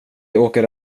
åker